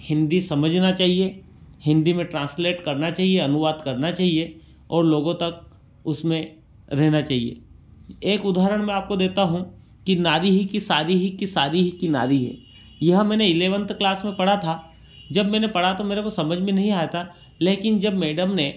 हिंदी समझना चाहिए हिंदी में ट्रांसलेट करना चाहिए अनुवाद करना चाहिए और लोगों तक उसमें रहना चाहिए एक उदाहरण मैं आपको देता हूँ कि नारी ही की सारी ही की सारी ही की नारी है यह मैंने इलेवन्थ क्लास में पढ़ा था जब मैंने पढ़ा तो मेरे को समझ में नहीं आया था लेकिन जब मैडम ने